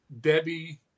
Debbie